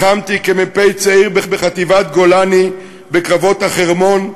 לחמתי כמ"פ צעיר בחטיבת גולני בקרבות החרמון,